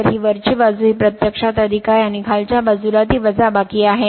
तर ही वरची बाजू ही प्रत्यक्षात अधीक आहे आणि खालच्या बाजूला ती वजाबाकी आहे